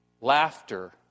laughter